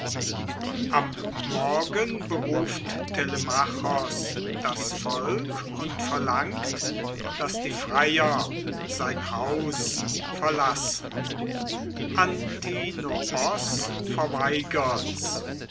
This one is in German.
am morgen beruft telemachos das volk und verlangt daß die freier sein haus verlassen antinoos verweigert's